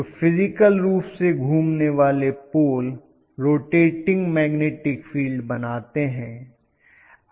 तो फिजिकल रूप से घूमने वाले पोल रोटैटिंग मैग्नेटिक फील्ड बनाते हैं